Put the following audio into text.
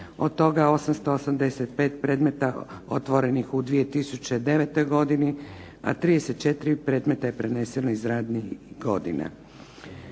od toga 885 predmeta otvorenih u 2009. godini, a 34 predmeta je preneseno iz radnih godina.